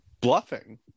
bluffing